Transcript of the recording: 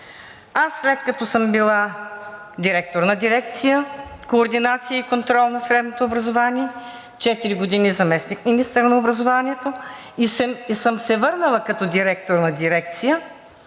След като съм била директор на дирекция „Координация и контрол на средното образование“, четири години заместник-министър на образованието и съм се върнала като директор на дирекция